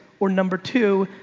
or number two,